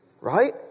right